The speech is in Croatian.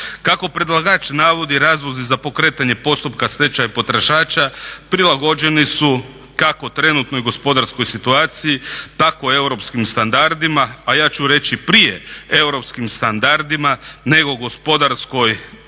Kako predlagač navodi razlozi za pokretanje postupka stečaja potrošača prilagođeni su kako trenutnoj gospodarskoj situaciji tako europskim standardima, a ja ću reći prije europskim standardima nego gospodarskoj toj